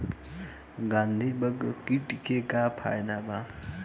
गंधी बग कीट के का फायदा बा?